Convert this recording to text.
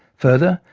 further,